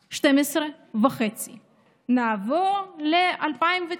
12.5. נעבור ל-2019,